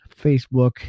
Facebook